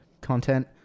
content